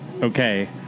okay